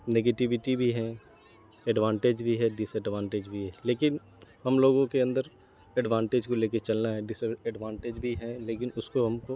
negativity بھی ہیں advantage بھی ہے ڈس ایڈوانٹیج بھی ہے لیکن ہم لوگوں کے اندر ایڈوانٹیج کو لے کے چلنا ہے ڈس ایڈوانٹیج بھی ہیں لیکن اس کو ہم کو